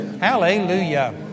Hallelujah